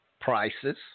prices